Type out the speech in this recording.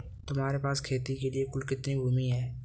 तुम्हारे पास खेती के लिए कुल कितनी भूमि है?